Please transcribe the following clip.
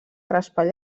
raspall